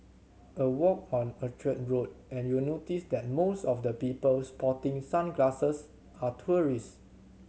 a walk on Orchard Road and you'll notice that most of the people sporting sunglasses are tourists